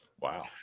Wow